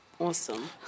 Awesome